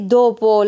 dopo